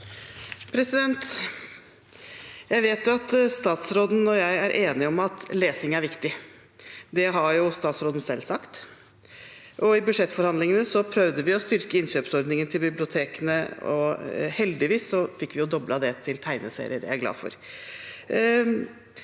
Jeg vet at statsråden og jeg er enige om at lesing er viktig. Det har jo statsråden selv sagt. I budsjettforhandlingene prøvde vi å styrke innkjøpsordningen til bibliotekene, og heldigvis fikk vi doblet det for tegneserier. Det er jeg glad for,